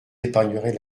épargnerai